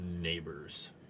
neighbors